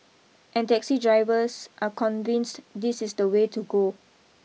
and taxi drivers are convinced this is the way to go